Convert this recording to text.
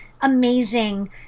amazing